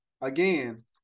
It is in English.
again